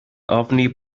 ofni